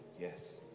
Yes